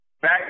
Back